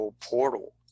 portal